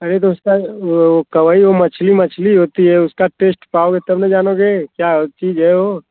अरे तो उसका वो कवई वो मछली मछली होती है उसका टेस्ट पाव मीटर में जानोगे कि क्या दे हो